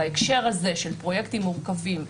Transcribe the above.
בהקשר הזה של פרויקטים מורכבים,